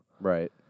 Right